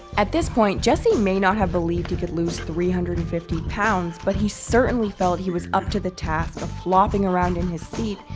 at this point, jesse may not have believed he could lose three hundred and fifty pounds, but he certainly felt he was up to the task of flopping around in his seat,